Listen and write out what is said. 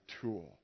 tool